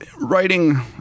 writing